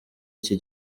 iki